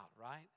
right